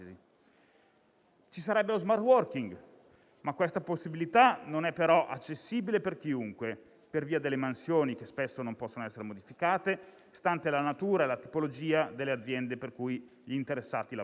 Ci sarebbe lo *smart working*, ma questa possibilità non è però accessibile per chiunque per via delle mansioni che spesso non possono essere modificate, stante la natura e la tipologia delle aziende per cui gli interessati lavorano.